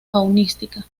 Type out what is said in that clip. faunística